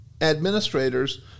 administrators